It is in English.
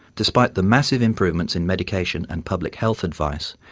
despite the massive improvements in medication and public health advice,